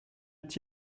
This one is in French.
est